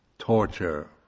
torture